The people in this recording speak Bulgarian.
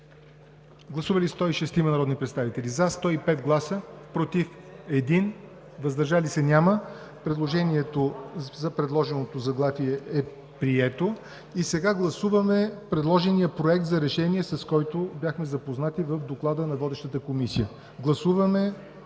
Гласували 106 народни представители: за 105, против 1, въздържали се няма. Предложеното заглавие е прието. Сега гласуваме предложения Проект за решение, с който бяхме запознати в Доклада на водещата комисия. МУСТАФА